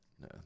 No